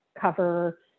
cover